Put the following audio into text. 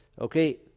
Okay